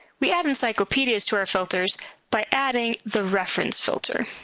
we add encyclopedias to our filters by adding the reference filter.